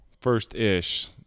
first-ish